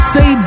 Say